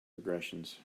regressions